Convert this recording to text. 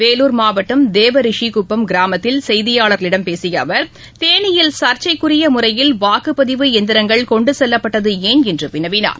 வேலூர் மாவட்டம் தேவரிஷிகுப்பம் கிராமத்தில் செய்தியாளர்களிடம் பேசிய அவர் தேனியில் சர்ச்சைக்குரிய முறையில் வாக்குப்பதிவு இயந்திரங்கள் கொண்டுச் செல்லப்பட்டது ஏன் என்று வினவினார்